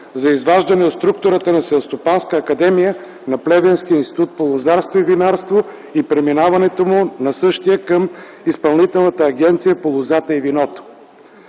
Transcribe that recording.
за изваждане от структурата на Селскостопанска академия на Плевенския институт по лозарство и винарство и преминаването му на същия към Изпълнителната агенция по лозята и виното.